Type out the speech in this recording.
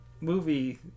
movie